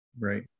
Right